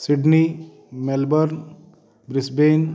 Sydney Melbourne Brisbane